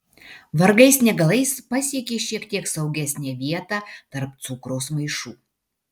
vargais negalais pasiekia šiek tiek saugesnę vietą tarp cukraus maišų